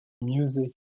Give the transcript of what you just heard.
music